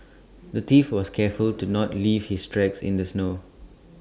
the thief was careful to not leave his tracks in the snow